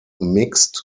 mixed